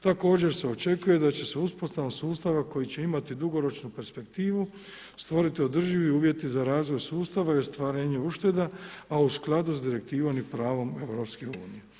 Također se očekuje da će se uspostavom sustava koji će imati dugoročnu perspektivu stvoriti održivi uvjeti za razvoj sustava i ostvarenje ušteda, a u skladu s direktivom i pravom EU.